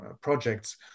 projects